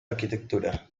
arquitectura